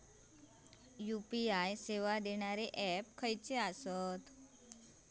UPI सेवा देणारे app खयचे आसत?